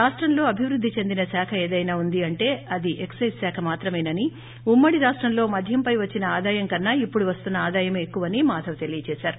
రాష్టంలో అభివృద్ది చెందిన శాఖ ఏదైనా ఉందంటే అది ఎక్సైట్ శాఖ మాత్రమేనని ఉమ్టడి రాష్టంలో మద్యంపై వచ్చిన ఆదాయం కన్నా ఇప్పుడు వస్తున్న ఆదాయమే ఎక్కువని మాదవ్ తెలియజేశారు